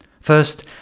first